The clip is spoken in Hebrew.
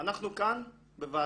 אנחנו כאן בוועדה